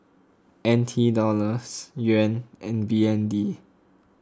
N T Dollars Yuan and B N D